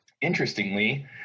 Interestingly